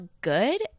good